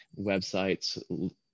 websites